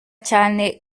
cyane